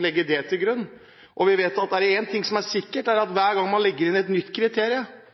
legge det til grunn? Vi vet at er det én ting som er sikkert, så er det at hver gang man legger inn et nytt